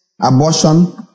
abortion